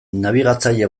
nabigatzaile